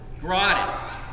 Gratis